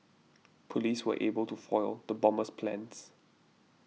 police were able to foil the bomber's plans